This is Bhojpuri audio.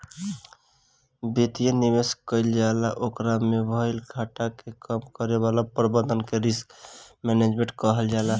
वित्तीय निवेश कईल जाला ओकरा में भईल घाटा के कम करे वाला प्रबंधन के रिस्क मैनजमेंट कहल जाला